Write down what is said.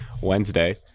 Wednesday